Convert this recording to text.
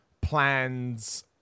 plans